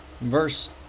Verse